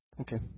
Okay